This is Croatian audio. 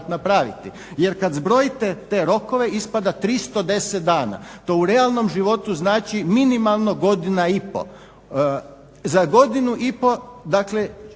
napraviti. Jer kad zbrojite te rokove ispada 310 dana. To u realnom životu znači minimalno godina i pol. Za godinu i pol, dakle